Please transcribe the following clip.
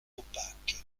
opaques